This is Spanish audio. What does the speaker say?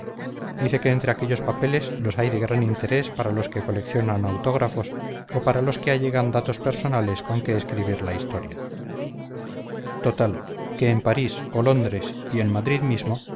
dice que entre aquellos papeles los hay de gran interés para los que coleccionan autógrafos o para los que allegan datos personales con que escribir la historia total que en parís o londres y en madrid mismo